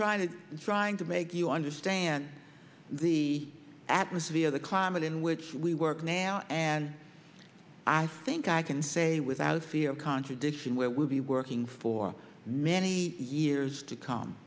trying to trying to make you understand the atmosphere the climate in which we work now and i think i can say without fear of contradiction where we'll be working for many years to come